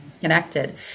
connected